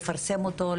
לפרסם אותו,